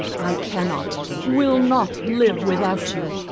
i cannot will not live without you.